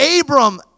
Abram